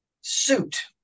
suit